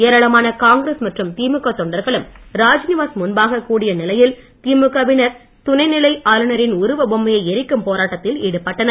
ஏராளமான காங்கிரஸ் மற்றும் திமுக தொண்டர்களும் ராஜ்நிவாஸ் முன்பாக கூடிய நிலையில் திமுக வினர் துணை நிலை ஆளுநரின் உருவ பொம்மையை எரிக்கும் போராட்டத்தில் ஈடுபட்டனர்